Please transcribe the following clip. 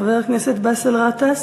חבר הכנסת באסל גטאס.